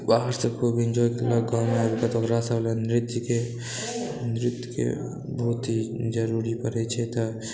बाहरसँ एन्जॉय केलक ओकरा सब लए नृत्यके नृत्यके बहुत ही जरुरी पड़ै छै तऽ